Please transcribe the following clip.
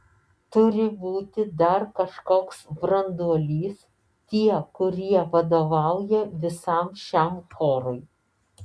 turi būti dar kažkoks branduolys tie kurie vadovauja visam šiam chorui